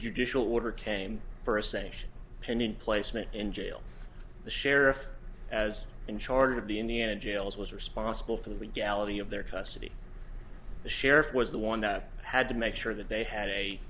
judicial order came for a sation pending placement in jail the sheriff as in charge of the indiana jails was responsible for the legality of their custody the sheriff was the one that had to make sure that they had a